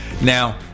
Now